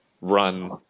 run